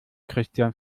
christian